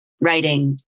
writing